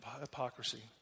hypocrisy